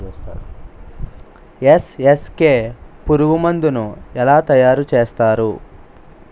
NSK పురుగు మందు ను ఎలా తయారు చేస్తారు?